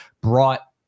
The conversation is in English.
brought